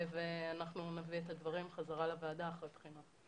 ואנחנו נביא את הדברים בחזרה לוועדה אחרי בחינה.